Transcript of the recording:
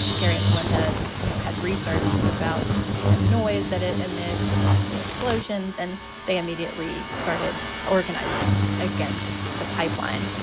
gary and belinda had researched about the noise, that it omits the possible explosions and they immediately started organizing against the pipeline.